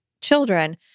children